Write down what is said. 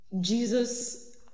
jesus